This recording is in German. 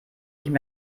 nicht